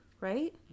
right